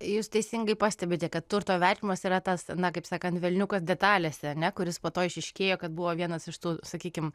jūs teisingai pastebite kad turto vertinimas yra tas na kaip sakant velniukas detalėse ar ne kuris po to išryškėja kad buvo vienas iš tų sakykim